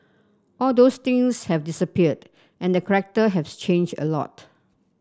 all those things have disappeared and the corrector have changed a lot